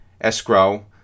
escrow